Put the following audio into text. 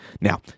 Now